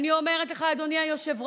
אני אומרת לך, אדוני היושב-ראש,